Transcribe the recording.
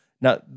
Now